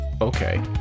okay